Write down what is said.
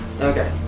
Okay